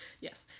Yes